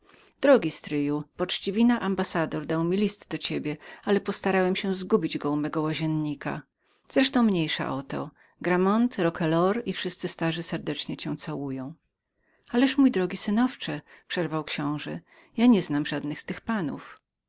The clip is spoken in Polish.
drogi wuju tłusty wasz ambassador dał mi list do ciebie ale postarałem się zgubić go u mego łaziennika wreszcie mniejsza o to grammont roquelaure i wszyscy starzy serdecznie cię całują ależ mój drogi synowcze przerwał książe ja nieznam żadnego z tych panów